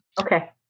Okay